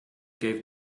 gave